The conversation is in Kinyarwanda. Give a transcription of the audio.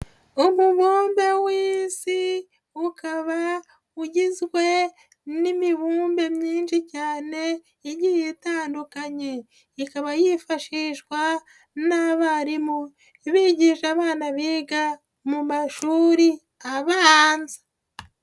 Umubumbe w'Isi ukaba ugizwe n'imibumbe myinshi cyane igiye itandukanye, ikaba yifashishwa n'abarimu bigisha abana biga mu mashuri abanze.